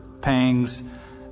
pangs